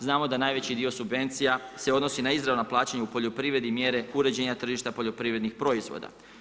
Znamo da najveći dio subvencija se odnosi na izravna plaćanja u poljoprivredi mjere uređenja tržišta poljoprivrednih proizvoda.